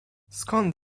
skąd